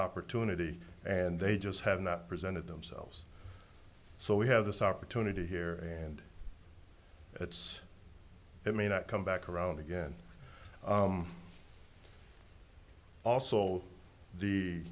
opportunity and they just have not presented themselves so we have this opportunity here and it's it may not come back around again